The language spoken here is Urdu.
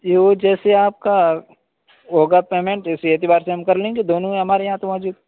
جی وہ جیسے آپ کا ہوگا پیمنٹ اسی اعتبار سے ہم کر لیں گے دونوں ہیں ہمارے یہاں تو موجود